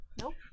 nope